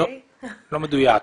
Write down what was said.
לא מדויק.